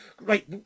Right